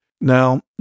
Now